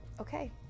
okay